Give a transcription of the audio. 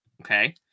Okay